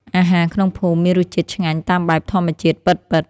អាហារក្នុងភូមិមានរសជាតិឆ្ងាញ់តាមបែបធម្មជាតិពិតៗ។